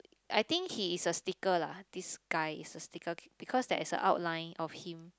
I